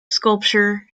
sculpture